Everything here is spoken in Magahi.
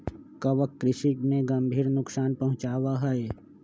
कवक कृषि में गंभीर नुकसान पहुंचावा हई